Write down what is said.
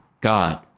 God